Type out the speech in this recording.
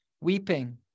Weeping